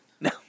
No